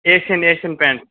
asian asian paint